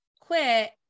quit